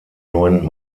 neuen